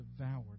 devoured